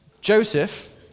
Joseph